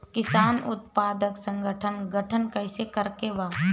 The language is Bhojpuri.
किसान उत्पादक संगठन गठन कैसे करके बा?